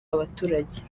abaturage